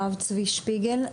הרב צבי שפיגל,